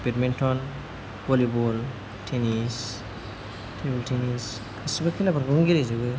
badminton volleyball tennis table tennis गासिबो खेलाफोरखौनो गेलेजोबो